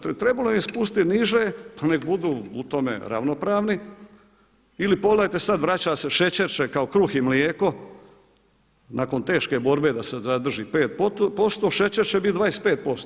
Trebalo je spustiti niže pa nek budu u tome ravnopravni ili pogledajte sada vraća se, šećer će kao kruh i mlijeko nakon teške borbe da se zadrži 5%, šećer će biti 25%